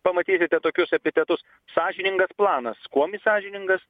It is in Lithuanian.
pamatysite tokius epitetus sąžiningas planas kuom jis sąžiningas